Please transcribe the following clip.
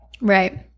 Right